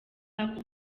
ako